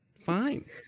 Fine